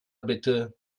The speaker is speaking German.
bitte